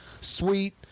Sweet